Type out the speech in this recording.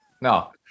No